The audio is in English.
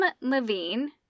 Levine